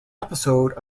episode